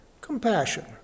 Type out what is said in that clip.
compassion